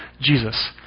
Jesus